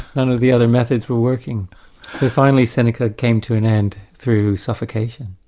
none of the other methods were working. so finally seneca came to an end through suffocation.